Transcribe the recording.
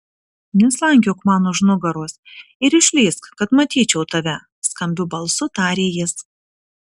neslankiok man už nugaros ir išlįsk kad matyčiau tave skambiu balsu tarė jis